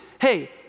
hey